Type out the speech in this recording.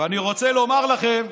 ואני רוצה לומר לכם,